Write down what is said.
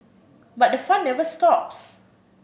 but the fun never stops